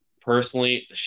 personally